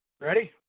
Ready